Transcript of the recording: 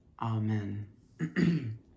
Amen